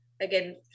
again